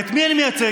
את מי אני מייצג?